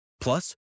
Plus